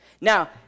Now